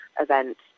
events